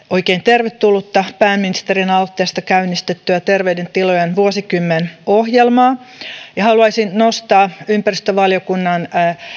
oikein tervetullutta pääministerin aloitteesta käynnistettyä terveiden tilojen vuosikymmen ohjelmaa haluaisin nostaa ympäristövaliokunnan